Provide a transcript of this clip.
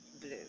blue